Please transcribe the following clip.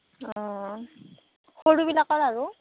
অঁ সৰু বিলাকৰ আৰু